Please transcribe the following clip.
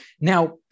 Now